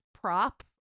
prop